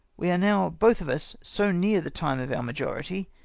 we are now both of us so near the time of our majority,